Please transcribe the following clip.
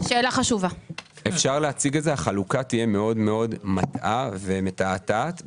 לכן ההוצאות של ההשגחה בבית הן תחליפיות- -- מה המטרה של החוק